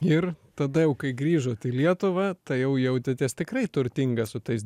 ir tada jau kai grįžot į lietuvą tai jau jautėtės tikrai turtingas su tais